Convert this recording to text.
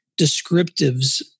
descriptives